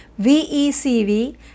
VECV